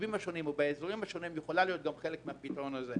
בישובים השונים או באזורים השונים יכולה להיות חלק מהפתרון הזה.